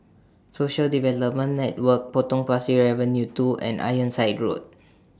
Social Development Network Potong Pasir Avenue two and Ironside Road